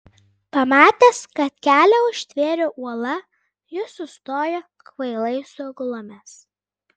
pamatęs kad kelią užtvėrė uola jis sustojo kvailai suglumęs